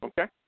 Okay